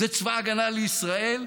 זה צבא ההגנה לישראל.